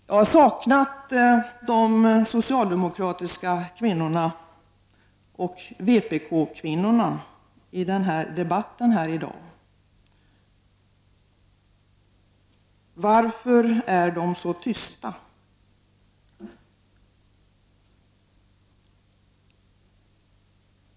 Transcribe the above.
Jag har saknat de socialdemokratiska kvinnorna och vpk-kvinnorna i den här debatten i dag. Varför är de så tysta?